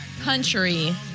country